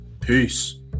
Peace